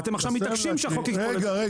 ואתם עכשיו מתעקשים -- רגע ראש העיר,